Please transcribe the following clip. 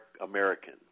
American